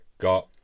got